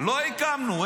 לא הקמנו.